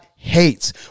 hates